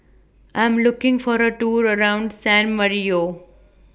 I Am looking For A Tour around San Marino